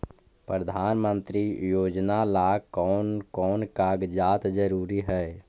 प्रधानमंत्री योजना ला कोन कोन कागजात जरूरी है?